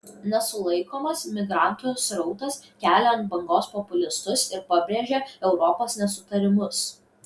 nesulaikomas migrantų srautas kelia ant bangos populistus ir pabrėžia europos nesutarimus